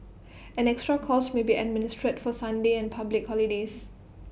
an extra cost may be administered for Sundays and public holidays